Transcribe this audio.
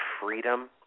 freedom